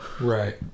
right